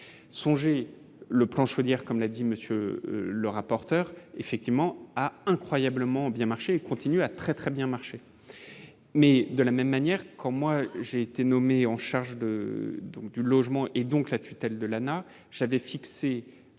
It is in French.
songer le plan, je veux dire, comme l'a dit monsieur le rapporteur effectivement a incroyablement bien marché continue à très très bien marché, mais de la même manière que moi j'ai été nommée en charge de donc, du logement et donc la tutelle de l'Anah j'avais fixé